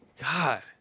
God